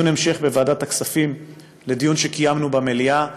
דיון המשך בוועדת הכספים לדיון שקיימנו במליאה,